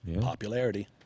Popularity